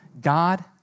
God